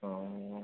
અઅઅ